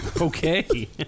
Okay